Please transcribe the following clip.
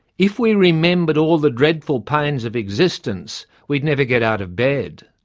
if we remembered all the dreadful pains of existence we'd never get out of bed.